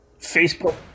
Facebook